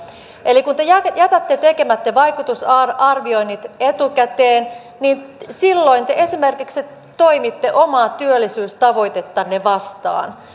eli kun te jätätte te jätätte tekemättä vaikutusarvioinnit etukäteen silloin te esimerkiksi toimitte omaa työllisyystavoitettanne vastaan